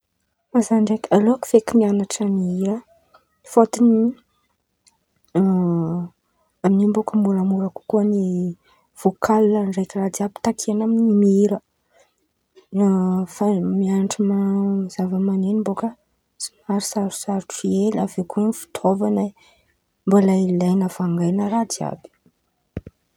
Kô za aleoko feky mian̈atra mihira toy zay mian̈atra zavaman̈eno feky e, fôtiny mihira io zen̈y ten̈a ta-takian̈a amin̈any kôdy vôkaly fa kô fa zava-man̈eno ilain̈a nôty raha jiàby, avy eo koa vangan̈y fitôvan̈a zareo somary lafolafo kokoa.